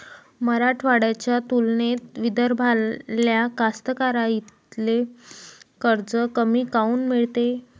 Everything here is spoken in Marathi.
मराठवाड्याच्या तुलनेत विदर्भातल्या कास्तकाराइले कर्ज कमी काऊन मिळते?